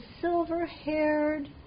silver-haired